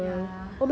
ya